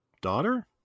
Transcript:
daughter